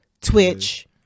twitch